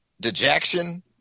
dejection